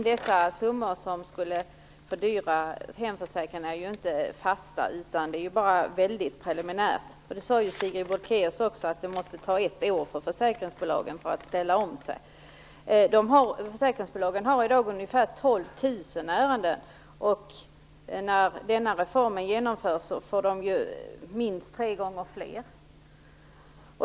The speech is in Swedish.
Fru talman! De summor som hemförsäkringen skulle fördyras med är inte fasta utan preliminära. Sigrid Bolkéus sade att det måste ta ett år för försäkringsbolagen att ställa om sig. Försäkringsbolagen har i dag ungefär 12 000 ärenden. När reformen är genomförd får de minst tre gånger fler.